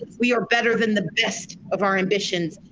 we are better than the best of our ambitions.